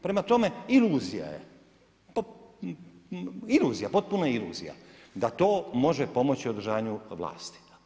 Prema tome iluzija je, iluzija, potpuna iluzija da to može pomoći održavanju vlasti.